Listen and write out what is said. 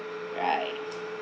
right